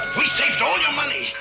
he saved all your money.